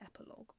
epilogue